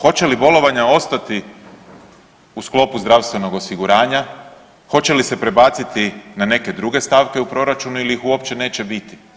Hoće li bolovanja ostati u sklopu zdravstvenog osiguranja, hoće li se prebaciti na neke druge stavke u proračunu ili ih uopće neće biti?